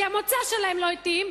כי המוצא שלהן לא התאים,